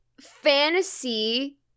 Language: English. fantasy